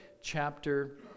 chapter